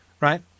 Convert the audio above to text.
Right